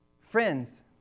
friends